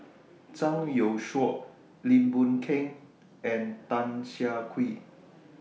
Zhang Youshuo Lim Boon Keng and Tan Siah Kwee